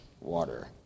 water